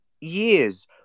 years